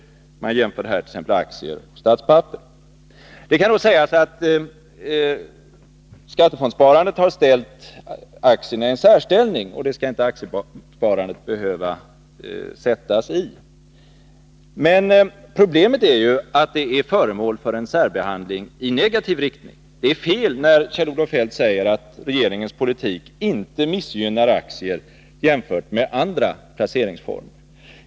Man jämför här t.ex. aktier och statspapper. Det kan då framhållas att skattefondssparandet har satt aktierna i en särställning, och det skall aktiesparandet inte behöva. Men problemet är ju att det är föremål för en särbehandling i negativ riktning. Det är fel att, som Kjell-Olof Feldt säger, regeringens politik inte missgynnar aktier jämfört med andra placeringsformer.